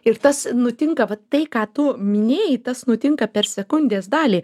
ir tas nutinka va tai ką tu minėjai tas nutinka per sekundės dalį